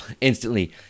instantly